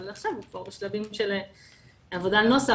אבל עכשיו זה כבר בשלבים של עבודה על נוסח,